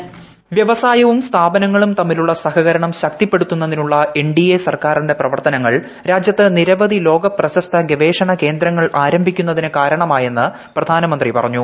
voice വ്യവസായവും സ്ഥാപനങ്ങളും തമ്മിലുള്ള സഹകരണം ശക്തിപ്പെടുത്തുന്നതിനുള്ള എൻഡിഎ സർക്കാരിന്റെ പ്രവർത്തനങ്ങൾ രാജ്യത്ത് നിരവധി ലോകപ്രശസ്ത് ഗവേഷണ കേന്ദ്രങ്ങൾ ആരംഭിക്കുന്നതിന് കാരണമായെന്ന് പ്രധാനമന്ത്രി പറഞ്ഞു